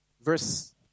Verse